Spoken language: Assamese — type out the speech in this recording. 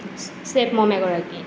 ষ্টেপ ম'ম এগৰাকী